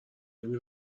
نمی